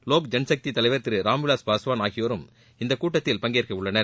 லோக்ஜன் சக்தி தலைவர் திரு ராம்விலாஸ் பாஸ்வன் ஆகியோரும் இக்கூட்டத்தில் பங்கேற்கவுள்ளனர்